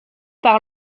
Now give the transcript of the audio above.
par